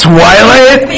Twilight